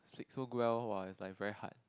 speak so well !wah! is like very hard